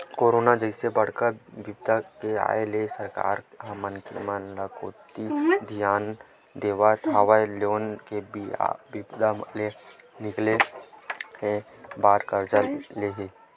corona जइसे बड़का बिपदा के आय ले सरकार ह मनखे मन कोती धियान देवत होय लोगन ल ऐ बिपदा ले निकाले बर करजा ले हे